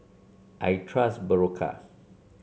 I trust Berocca